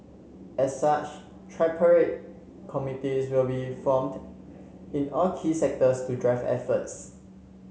as such tripartite committees will be formed in all key sectors to drive efforts